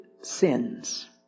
sins